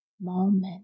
moment